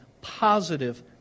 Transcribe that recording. positive